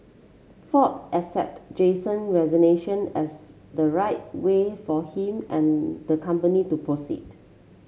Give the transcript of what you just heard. ford accepted Jason resignation as the right way for him and the company to proceed